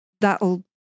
that'll